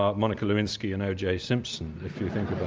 ah monica lewinsky and oj simpson, if you think